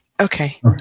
Okay